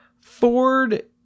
Ford